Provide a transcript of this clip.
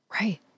Right